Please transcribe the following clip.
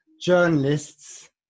journalists